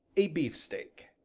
a beefsteak.